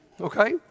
okay